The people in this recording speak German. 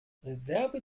reserve